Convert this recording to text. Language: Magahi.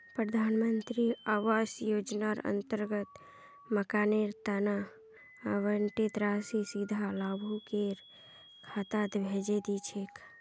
प्रधान मंत्री आवास योजनार अंतर्गत मकानेर तना आवंटित राशि सीधा लाभुकेर खातात भेजे दी छेक